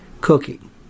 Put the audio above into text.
cooking